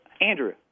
Andrew